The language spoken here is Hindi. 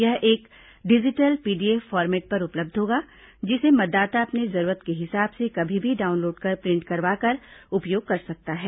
यह एक डिजिटल पीडीएफ फॉर्मेट पर उपलब्ध होगा जिसे मतदाता अपने जरूरत के हिसाब से कभी भी डाउनलोड कर प्रिंट करवाकर उपयोग कर सकता है